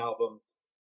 albums